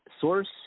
Source